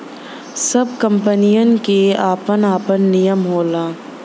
सब कंपनीयन के आपन आपन नियम होला